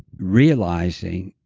realizing